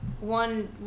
one